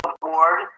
board